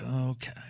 okay